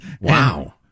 Wow